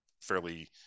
fairly